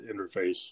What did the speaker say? interface